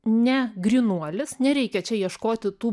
ne grynuolis nereikia čia ieškoti tų